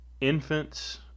infants